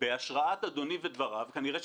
בהשראת אדוני ודבריו כנראה שסיימתי.